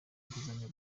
inguzanyo